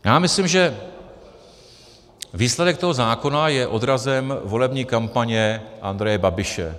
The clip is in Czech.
Já myslím, že výsledek toho zákona je odrazem volební kampaně Andreje Babiše.